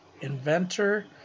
Inventor